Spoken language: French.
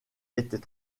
était